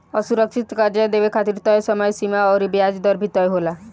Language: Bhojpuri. असुरक्षित कर्जा के देवे खातिर तय समय सीमा अउर ब्याज दर भी तय होला